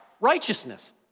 righteousness